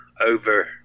over